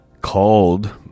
called